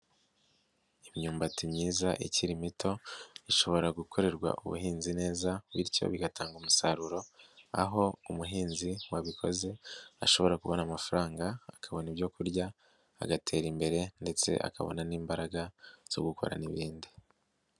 lmyumbati myiza iki mito ,ishobora gukorerwa ubuhinzi neza bityo bigatanga umusaruro, aho umuhinzi wabikoze ashobora kubona amafaranga, akabona ibyo kurya agatera imbere, ndetse akabona n'imbaraga zo gukora n'ibindi.